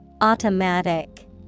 Automatic